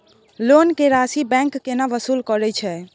Loan के राशि bank केना वसूल करे छै?